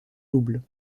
double